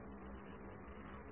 विद्यार्थी